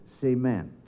Cement